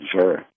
sure